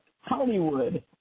Hollywood